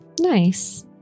Nice